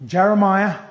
Jeremiah